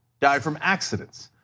die from accidents.